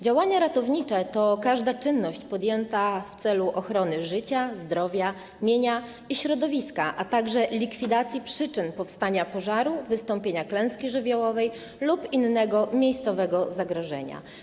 Działania ratownicze to każda czynność podjęta w celu ochrony życia, zdrowia, mienia i środowiska, a także likwidacji przyczyn powstania pożaru, wystąpienia klęski żywiołowej lub innego miejscowego zagrożenia.